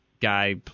guy